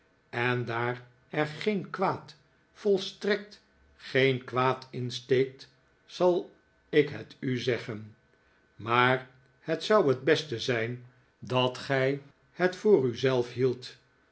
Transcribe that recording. en daar er geen kwaad volstrekt geen kwaad in steekt zal ik het u zeggen maar het zou t beste zijn dat gij het voor u zelf hieldt